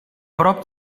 prop